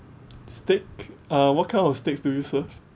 steak uh what kind of steaks do you serve